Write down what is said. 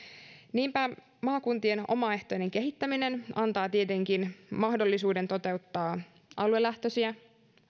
niinpä maakuntien omaehtoinen kehittäminen antaa tietenkin mahdollisuuden toteuttaa aluelähtöisiä